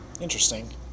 Interesting